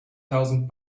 thousand